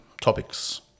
topics